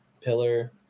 Pillar